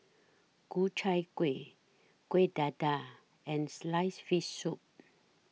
Ku Chai Kueh Kueh Dadar and Sliced Fish Soup